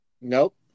Nope